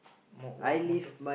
more what motor